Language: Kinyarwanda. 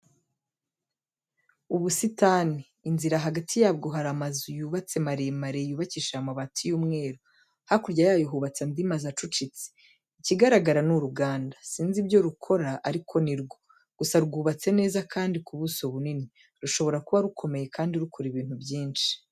Ubusitani, inzira hagati yabwo hari amazu yubatse maremare yubakishije amabati y'umweru, hakurya yayo hubatse andi mazu acucitse. Ikigaragara ni uruganda. Sinzi ibyo rukora ariko ni rwo. Gusa rwubatse neza kandi ku buso bunini. Rushobora kuba rukomeye kandi rukora ibintu byinshi.